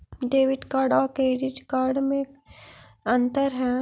Debit card और credit card में अन्तर है?